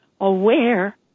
aware